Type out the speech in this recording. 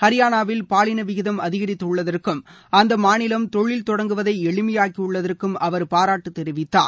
ஹரியானாவில் பாலின விகிதம் அதிகரித்துள்ளதற்கும் அந்த மாநிலம் தொழில் தொடங்குவதை எளிமையாக்கியுள்ளதற்கும் அவர் பாராட்டு தெரிவித்தார்